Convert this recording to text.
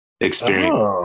experience